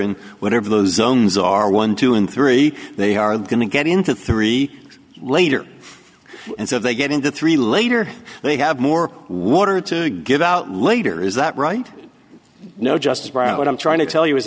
in whatever those zones are one two in three they are going to get into three later and so they get into three later they have more water to get out later is that right now just what i'm trying to tell you is